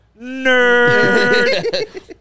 Nerd